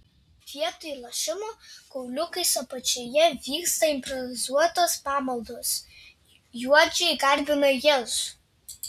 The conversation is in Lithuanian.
vietoj lošimo kauliukais apačioje vyksta improvizuotos pamaldos juodžiai garbina jėzų